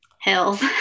hills